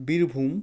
Birbhum